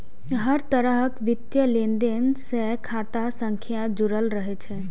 हर तरहक वित्तीय लेनदेन सं खाता संख्या जुड़ल रहै छै